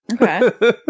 Okay